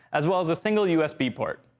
as well as a single usb port.